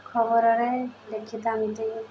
ଖବରରେ ଲେଖିଥାନ୍ତି